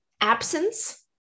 absence